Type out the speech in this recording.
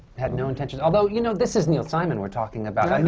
had no intentions. although, you know, this is neil simon we're talking about.